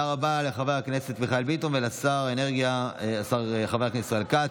תודה רבה לחבר הכנסת מיכאל ביטון ולשר האנרגיה חבר הכנסת ישראל כץ.